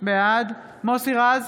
בעד מוסי רז,